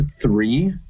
three